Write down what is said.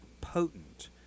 potent